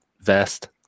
vest